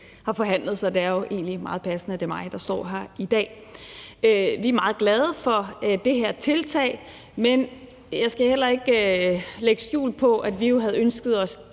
har forhandlet, så det er egentlig meget passende, at det er mig, der står her i dag. Vi er meget glade for det her tiltag, men jeg skal ikke lægge skjul på, at vi jo havde ønsket os